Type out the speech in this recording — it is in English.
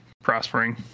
prospering